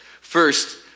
First